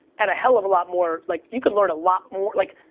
and a hell of a lot more, like you could learn a lot more. like,